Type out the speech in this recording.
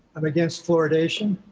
i'm against fluoridation,